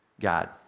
God